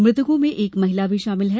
मृतकों में एक महिला भी शामिल है